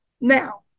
Now